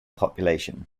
population